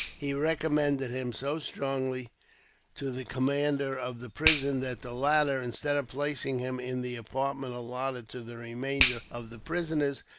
he recommended him so strongly to the commander of the prison that the latter, instead of placing him in the apartment allotted to the remainder of the prisoners,